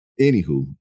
Anywho